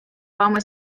вами